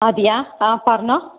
അതെയോ ആ പറഞ്ഞോ